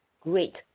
great